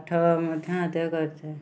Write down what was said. ପାଠ ମଧ୍ୟ ଆଦାୟ କରିଥାଏ